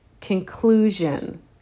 conclusion